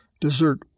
Dessert